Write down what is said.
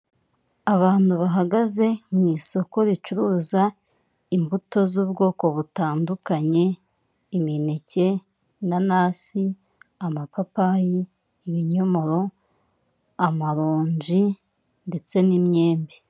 Abantu bahagaze mu isoko ricuruza imbuto z'ubwoko butandukanye; imineke, inanasi, amapapayi, ibinyomoro, amaronji ndetse n'imyembe.